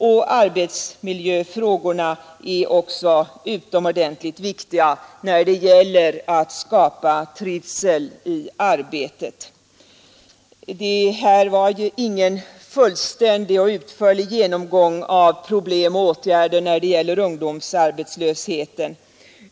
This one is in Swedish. Arbetsmiljöfrågorna är också utomordentligt viktiga när det gäller att skapa trivsel i arbetet. Det här var ingen fullständig och utförlig genomgång av problem och åtgärder när det gäller ungdomsarbetslösheten.